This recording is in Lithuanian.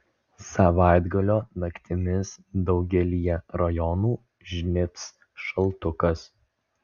savaitgalio naktimis daugelyje rajonų žnybs šaltukas